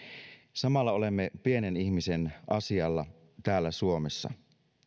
samalla olemme pienen ihmisen asialla täällä suomessa